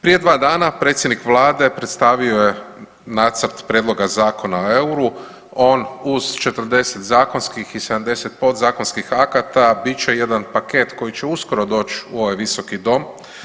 Prije dva dana predsjednik Vlade predstavio je Nacrt prijedloga Zakona o euru, on uz 40 zakonskih i 70 podzakonskih akata bit će jedan paket koji će uskoro doć u ovaj Visoki dom.